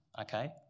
okay